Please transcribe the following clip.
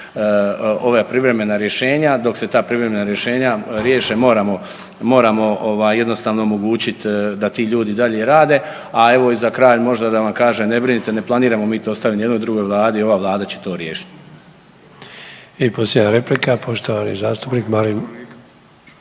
ova privremena rješenja, dok se ta privremena rješenja riješe moramo jednostavno omogućit da ti ljudi i dalje rade. A evo i za kraj možda da vam kažem, ne brinite ne planiramo mi to ostaviti nijednoj drugoj vladi, ova vlada će to riješit. **Sanader, Ante (HDZ)** I posljednja replika poštovani zastupnik Marin.